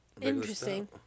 Interesting